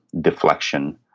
deflection